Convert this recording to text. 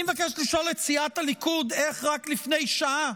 אני מבקש לשאול את סיעת הליכוד: איך רק לפני שעה